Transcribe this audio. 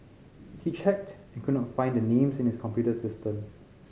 he checked and could not find the names in his computer system